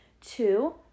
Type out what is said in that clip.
Two